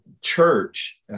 church